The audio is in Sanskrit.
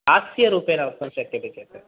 हास्यरूपेण वक्तुं शक्यते चेत्